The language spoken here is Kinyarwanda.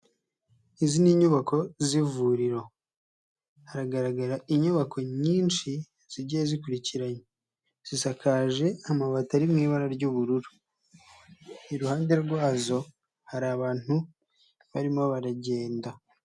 Izi ni inyubako z'ivuriro, haragaragara inyubako nyinshi zigiye zikurikiranye zisakaje amabati ari mu ibara ry'ubururu, iruhande rwazo hari abantu barimo baragenda.